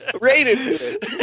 Rated